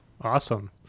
Awesome